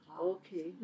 Okay